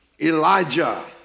Elijah